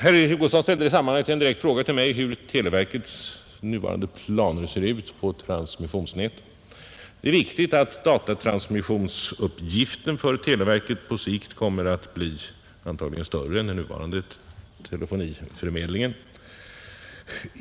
Herr Hugosson ställde en direkt fråga till mig hur televerkets nuvarande planer ser ut på transmissionsfältet, Datatransmissionsuppgiften för televerket kommer på sikt antagligen att bli större än den nuvarande telefoniförmedlingen.